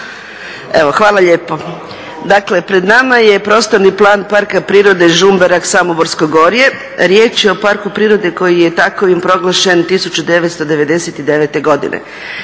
hvala lijepo. Dakle, pred nama je Prostorni plan Parka prirode Žumberak-Samoborsko gorje. Riječ je o parku prirode koji je takovih proglašen 1999. godine.